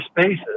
spaces